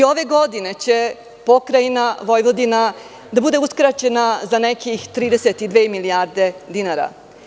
Ove godine će Pokrajina Vojvodina da bude uskraćena za nekih 32 milijarde dinara.